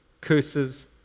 curses